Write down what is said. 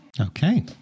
Okay